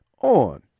on